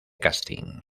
casting